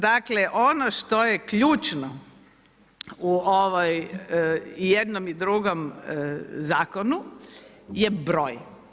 Dakle, ono što je ključno u ovoj i jednom i drugom zakonu je broj.